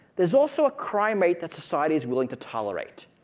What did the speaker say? there's also a crime rate that society is willing to tolerate.